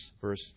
Verse